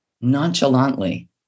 nonchalantly